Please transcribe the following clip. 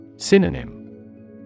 Synonym